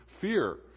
fear